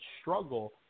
struggle